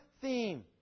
theme